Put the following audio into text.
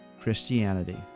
Christianity